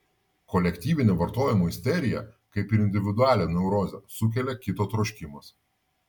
kolektyvinę vartojimo isteriją kaip ir individualią neurozę sukelia kito troškimas